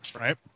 Right